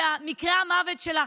שמקרי המוות שלך,